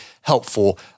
helpful